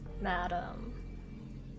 madam